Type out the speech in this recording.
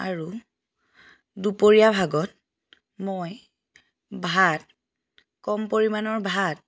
আৰু দুপৰীয়া ভাগত মই ভাত কম পৰিমাণৰ ভাত